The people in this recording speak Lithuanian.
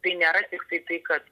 tai nėra tiktai tai kad